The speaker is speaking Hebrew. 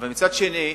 מצד שני,